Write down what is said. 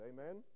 Amen